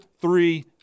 three